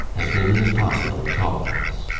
as many as possible, at all events.